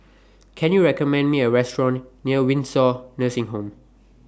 Can YOU recommend Me A Restaurant near Windsor Nursing Home